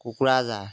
Kokrajhar